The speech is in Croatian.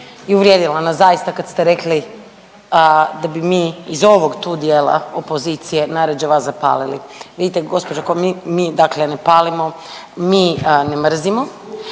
i uvrijedila nas zaista kad ste rekli da bi mi iz ovog tu dijela opozicije najrađe vas zapalili. Vidite gospođo … mi dakle ne palimo, mi ne mrzimo